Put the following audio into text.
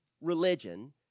religion